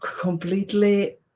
completely